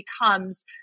becomes